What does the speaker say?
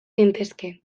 gintezke